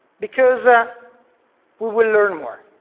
because ah we will learn more.